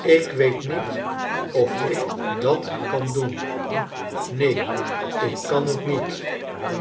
ik weet niet of ik dat kan doem neen ik kan t niet